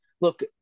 look